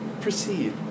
Proceed